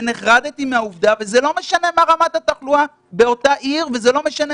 זה לא משנה מה רמת התחלואה באותה עיר וזה לא משנה